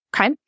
Okay